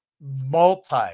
multi